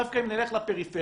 דווקא אם נלך לפריפריה,